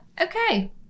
Okay